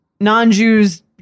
non-Jews